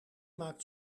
maakt